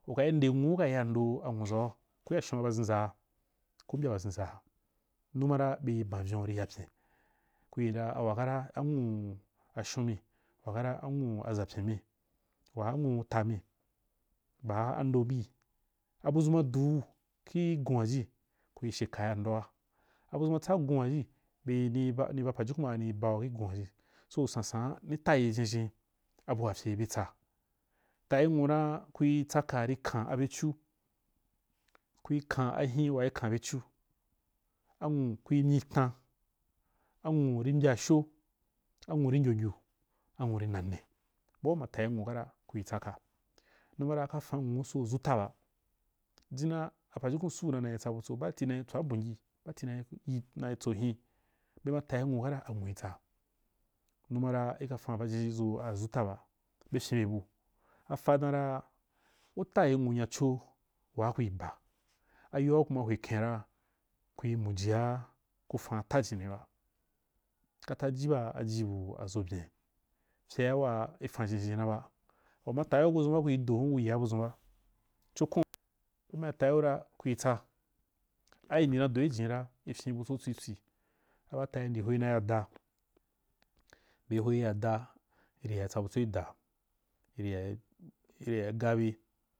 Ya ndou a nwuʒau ku ya shonba ʒhen ʒaa ku mbya ba ʒhenʒaa numa ra bee ban vyon ya pyen, kuyi ra wagara anwuu shunmi, wagara a nwuu ʒapen mi wagara awuu atami ba a ndou bwi abudʒun ma du’u kih gon waji kuri she kaya ndoa abudʒun matsa gon waji ni ba pajukun ba ni bau kih gon waji so sansan a ni tayi ʒhenʒhen abua fye be tsa. Tayi mwa na kuì tsaka ri kam abyecu, kui kan ahim wai kan byecu anwu kui myi tan anwu ri mbya asho a nwu ri ngyo ngyu a nwu ri na ne bua u ma tayi nwu kata kui tsaka numa ra ka fan nwuu so aʒuta ba jinna a pajukun suu na naī tsabutso baati nai tswaa abongyi baati nai yi nayi tso hen bema tayi nwu kata a nwu ri tsa numa ra i ka fan ʒhenʒhen ʒu aʒuta ba be fyen be bu afa danra u tayi nyaco waa kui ba ayoa kuma hweken ra kui mujia ku fam tajinni ba. Kata ji baagara aji bu aʒogyen fyea waa i fan ʒhenʒen’i na ba. U ma tam gu ba kui do kui yia budʒun ba, ciko kwanyo u ma tayi u ra kui tsa ai indi na do i jinni ra i fyen butso tswitswi aba atau ndi hoi na yaa da be hoi ya da iri ya butso i da iri yaī iri yaī gaa bye.